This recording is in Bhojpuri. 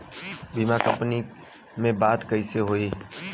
बीमा कंपनी में बात कइसे होई?